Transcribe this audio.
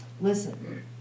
Listen